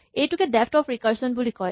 এইটোকে depth of recursion বুলি কয়